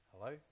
Hello